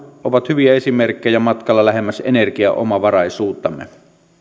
ovat hyviä esimerkkejä matkalla lähemmäs energiaomavaraisuuttamme